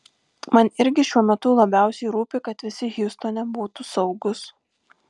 man irgi šiuo metu labiausiai rūpi kad visi hjustone būtų saugūs